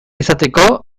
izateko